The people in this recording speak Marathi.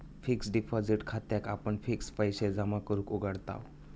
फिक्स्ड डिपॉसिट खात्याक आपण फिक्स्ड पैशे जमा करूक उघडताव